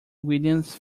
williams